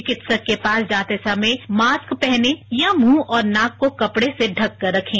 चिकित्सक के पास जाते समय मास्क पहनें या मुंह और नाक को कपड़े से ढककर रखें